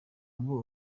ngo